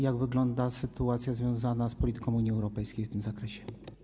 Jak wygląda sytuacja związana z polityką Unii Europejskiej w tym zakresie?